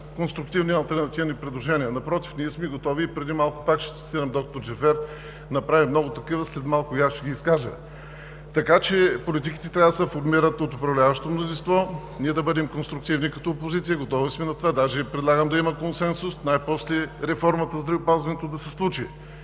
конструктивни и алтернативни предложения. Напротив, ние сме готови и преди малко, пак ще цитирам, д-р Джафер направи много такива, след малко и аз ще ги изкажа. Политиките трябва да се формират от управляващото мнозинство. Ние да бъдем конструктивни като опозиция, готови сме на това. Даже предлагам да има консенсус най-после реформата в здравеопазването да се случи,